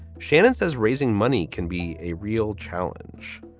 shannon says raising money can be a real challenge.